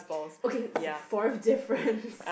okay so fourth differences